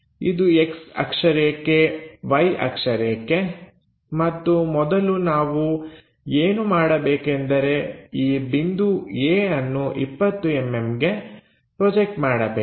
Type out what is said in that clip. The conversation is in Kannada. ಇದು X ಅಕ್ಷರೇಖೆ Y ಅಕ್ಷರೇಖೆ ಮತ್ತು ಮೊದಲು ನಾವು ಏನು ಮಾಡಬೇಕೆಂದರೆ ಈ ಬಿಂದು A ಅನ್ನು 20mm ಗೆ ಪ್ರೊಜೆಕ್ಟ್ ಮಾಡಬೇಕು